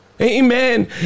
amen